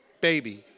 baby